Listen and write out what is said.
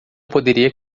poderia